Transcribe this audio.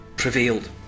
prevailed